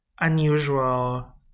unusual